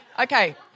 Okay